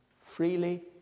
Freely